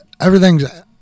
everything's